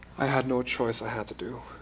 i had no choice. i had to do.